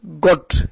got